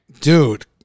Dude